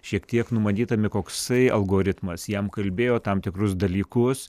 šiek tiek numanydami koksai algoritmas jam kalbėjo tam tikrus dalykus